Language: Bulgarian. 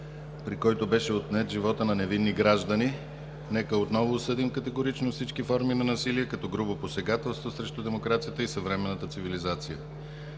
при който беше отнет животът на невинни граждани. Нека отново осъдим категорично всички форми на насилие като грубо посегателство срещу демокрацията и съвременната цивилизация.